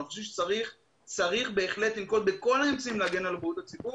אנחנו חושבים שבהחלט צריך לנקוט בכל האמצעים כדי להגן על בריאות הציבור,